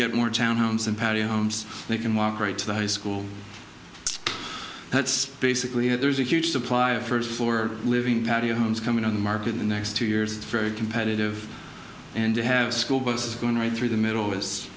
get more town homes and patio homes they can walk right to the high school that's basically it there's a huge supply of hers for living patio homes coming on the market in the next two years it's very competitive and they have school buses going right through the middle is